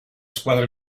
squadra